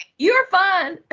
you're fine!